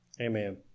Amen